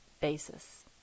basis